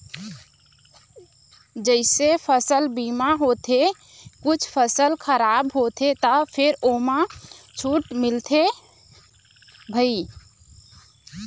जइसे फसल बीमा होथे कुछ फसल खराब होथे त फेर ओमा छूट मिलथे भई